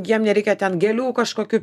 jiem nereikia ten gėlių kažkokių